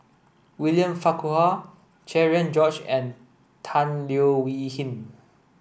William Farquhar Cherian George and Tan Leo Wee Hin